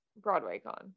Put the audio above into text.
BroadwayCon